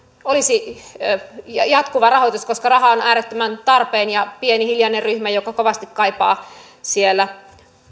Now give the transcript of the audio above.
olisi jatkuva rahoitus koska raha on äärettömän tarpeen ja pieni hiljainen ryhmä kovasti kaipaa siellä